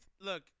Look